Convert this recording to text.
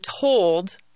told